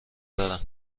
دارم